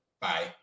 Bye